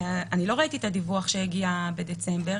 לא ראיתי את הדיווח שהגיע בדצמבר,